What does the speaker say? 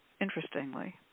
interestingly